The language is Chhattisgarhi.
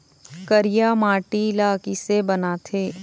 करिया माटी ला किसे बनाथे?